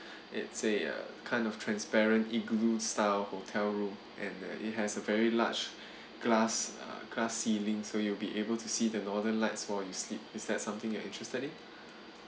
it's a kind of transparent igloo style hotel room and uh it has a very large glass uh glass ceiling so you'll be able to see the northern lights while you sleep is that something that you're interested in